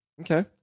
Okay